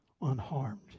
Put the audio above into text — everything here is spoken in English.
unharmed